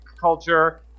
culture